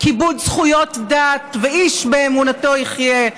כיבוד זכויות דת ואיש באמונתו יחיה,